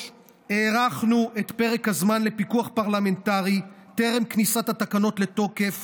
הארכנו את פרק הזמן לפיקוח פרלמנטרי טרם כניסת התקנות לתוקף